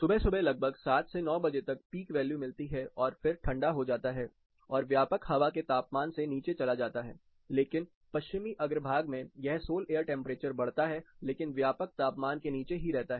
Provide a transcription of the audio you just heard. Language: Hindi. सुबह सुबह लगभग 700 से 900 बजे तक पीक वैल्यू मिलती है फिर ठंडा हो जाता है और व्यापक हवा के तापमान से नीचे चला जाता है लेकिन पश्चिमी अग्रभाग में यह सोल एयर टेंपरेचर बढ़ता है लेकिन व्यापक तापमान के नीचे ही रहता है